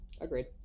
Agreed